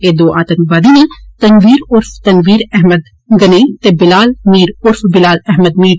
ए दौंऊ आंतकवादी न तनवीर उर्फ तनवीर अहमद गनेई ते बिलाल मीर उर्फ बिलाल अहमद मीर